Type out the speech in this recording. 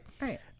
Right